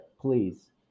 please